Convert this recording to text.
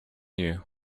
you